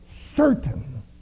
certain